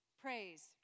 praise